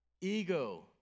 ego